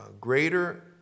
greater